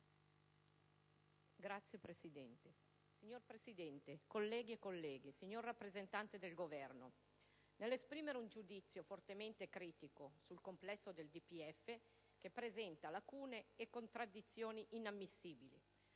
*(PD)*. Signor Presidente, colleghi e colleghe, signor rappresentante del Governo, intervengo per esprimere un giudizio fortemente critico sul complesso del DPEF, che presenta lacune e contraddizioni inammissibili.